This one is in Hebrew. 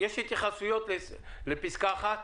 כמה עוד אפשר להתעלל בחוק הצרכני הזה?